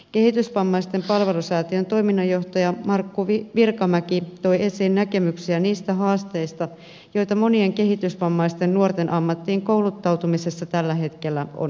kehitysvammaisten palvelusäätiön toiminnanjohtaja markku virkamäki toi esiin näkemyksiä niistä haasteita joita monien kehitysvammaisten nuorten ammattiin kouluttautumisessa tällä hetkellä on olemassa